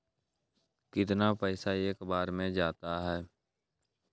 कितना पैसा एक बार में जाता है?